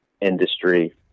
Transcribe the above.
industry